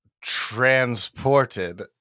transported